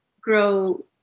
grow